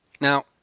Now